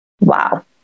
wow